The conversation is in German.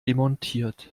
demontiert